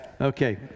Okay